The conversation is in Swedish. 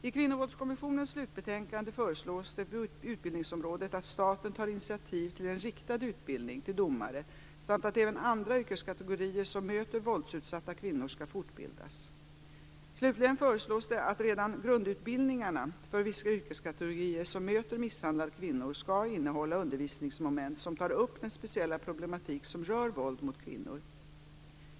I Kvinnovåldskommissionens slutbetänkande föreslås det på utbildningsområdet att staten tar initiativ till en riktad utbildning till domare samt att även andra yrkeskategorier som möter våldsutsatta kvinnor skall fortbildas. Slutligen föreslås det att redan grundutbildningarna för vissa yrkeskategorier som möter misshandlade kvinnor skall innehålla undervisningsmoment som tar upp den speciella problematik som rör våld mot kvinnor.